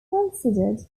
considered